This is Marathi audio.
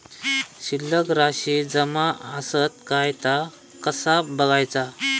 शिल्लक राशी जमा आसत काय ता कसा बगायचा?